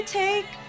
take